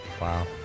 Wow